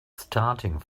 starting